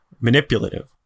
manipulative